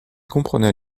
comprenait